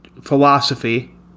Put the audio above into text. philosophy